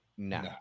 No